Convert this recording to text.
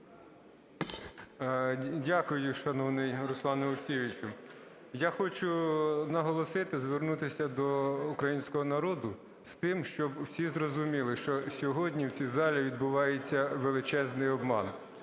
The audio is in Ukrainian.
Дякую, шановний Руслане Олексійовичу. Я хочу наголосити, звернутися до українського народу з тим, щоб всі зрозуміли, що сьогодні в цій залі відбувається величезний обман.